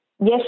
Yes